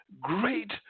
Great